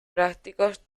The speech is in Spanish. prácticos